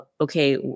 okay